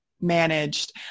managed